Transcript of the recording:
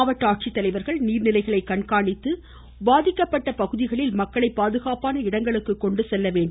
மாவட்ட ஆட்சித்தலைவர்கள் நீர் நிலைகளை கண்காணித்து பாதிக்கப்பட்ட பகுதிகளில் மக்களை பாதுகாப்பான இடத்திற்கு கொண்டு செல்ல வேண்டும்